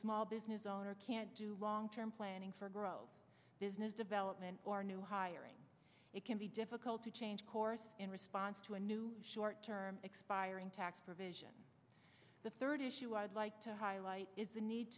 small business owner can't do long term planning for growth business development or new hiring it can be difficult to change course in response to a new short term expiring tax provision the third issue i would like to highlight is the need